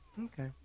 Okay